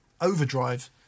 overdrive